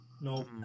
no